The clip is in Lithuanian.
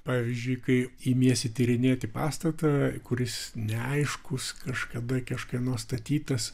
pavyzdžiui kai imiesi tyrinėti pastatą kuris neaiškus kažkada kažkieno statytas